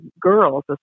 girls